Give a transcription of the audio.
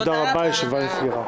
תודה רבה, הישיבה נעולה.